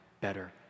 better